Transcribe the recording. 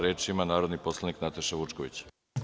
Reč ima narodna poslanica Nataša Vučković.